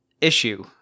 issue